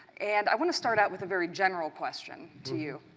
and i want to start out with a very general question to you.